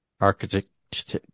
Architect